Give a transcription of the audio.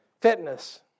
Fitness